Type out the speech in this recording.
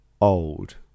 old